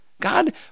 God